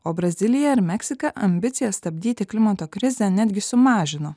o brazilija ar meksika ambicijas stabdyti klimato krizę netgi sumažino